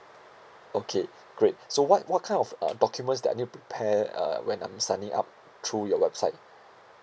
okay great so what what kind of uh documents that I need to prepare uh when I'm signing up through your website